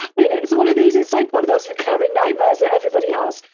i mean, it's one of these, it's like one of those recurring nightmares that everybody has,